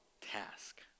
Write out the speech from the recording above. task